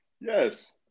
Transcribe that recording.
Yes